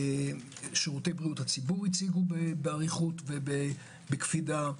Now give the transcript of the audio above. שירותי בריאות הציבור הציגו באריכות ובקפידה,